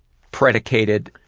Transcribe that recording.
predicated